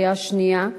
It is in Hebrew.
בקריאה שנייה.